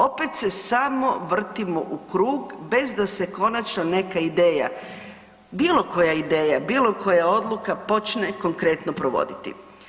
Opet se samo vrtimo u krug bez da se konačno neka ideja, bilo koja ideja, bilo koja odluka počne konkretno provoditi.